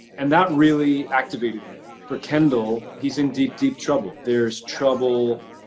and that really activated me. for kendall, he's in deep, deep trouble. there's trouble.